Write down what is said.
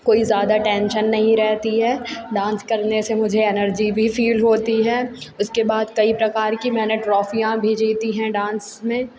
कोई ज़्यादा टैंशन नहीं रहती है डांस करने से मुझे ऐनर्जी भी फ़ील होती है उसके बाद कई प्रकार की मैंने ट्रॉफ़ियाँ भी जीती हैं डांस में